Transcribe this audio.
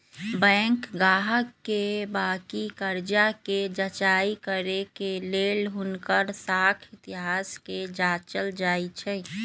bank गाहक के बाकि कर्जा कें जचाई करे के लेल हुनकर साख इतिहास के जाचल जाइ छइ